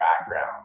background